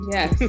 Yes